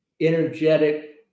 energetic